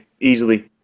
easily